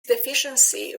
deficiency